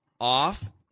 off